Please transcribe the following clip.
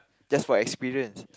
just for experience